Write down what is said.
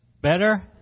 better